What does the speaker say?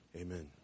Amen